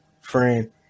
friend